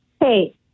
Hey